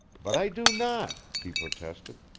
but i do not! he protested.